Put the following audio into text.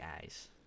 guys